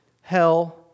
hell